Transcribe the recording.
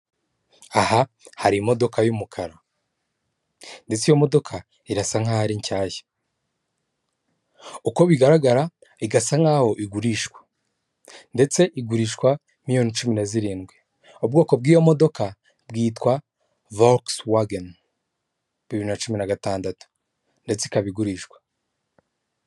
Aha hari imodoka y'umukara, ndetse iyo modoka irasa nkaho ari nshyashya, uko bigaragara igasa nkaho igurishwa, ndetse igurishwa miliyoni cumi na zirindwi, ubwoko bw'iyo modoka bwitwa vokisiwageni bibiri na cumi na gatandatu, ndetse ikaba igurishwa.